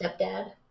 stepdad